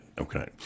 okay